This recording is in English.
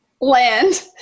land